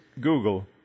Google